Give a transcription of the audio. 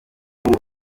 afite